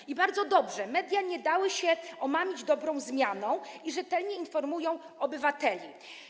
I bardzo dobrze, media nie dały się omamić dobrą zmianą i rzetelnie informują obywateli.